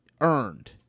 earned